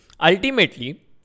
Ultimately